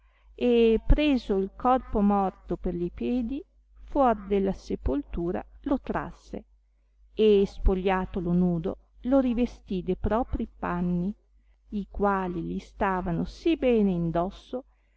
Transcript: e preso il corpo morto per li piedi fuor della sepoltura lo trasse e spogliatolo nudo lo rivestì de propi panni i quali li stavano sì bene indosso